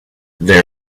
there